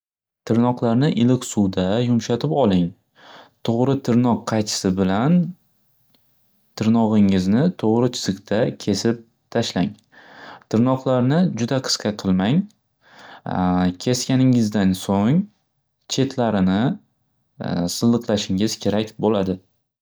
Tirnoqlarni iliq suvda yumshatib oling to'g'ri tirnoq qaychisi bilan tirnog'ingizni to'g'ri chiziqda kesib tashlang. Tirnoqlarni juda qisqa qilmang kesganingizdan so'ng chetlarini silliqlashingiz kerak bo'ladi.